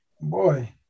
Boy